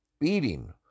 beating